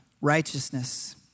Righteousness